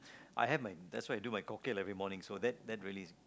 I have my that's why I do my cocktail every morning so that's release